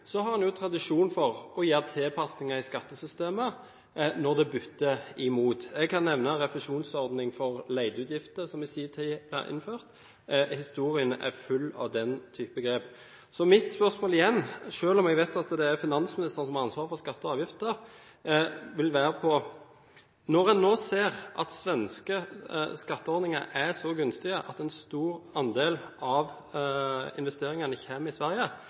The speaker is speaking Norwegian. har en tradisjon for å gjøre tilpasninger i skattesystemet når det butter imot. Jeg kan nevne refusjonsordning for leteutgifter, som i sin tid ble innført. Historien er full av den type grep. Så mitt spørsmål igjen, selv om jeg vet at det er finansministeren som har ansvaret for skatter og avgifter, vil være: Når en nå ser at svenske skatteordninger er så gunstige at en stor andel av investeringene kommer i Sverige,